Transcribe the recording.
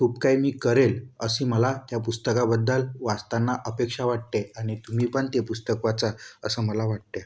खूप काही मी करेल अशी मला त्या पुस्तकाबद्दल वाचताना अपेक्षा वाटते आणि तुम्ही पण ते पुस्तक वाचा असं मला वाटते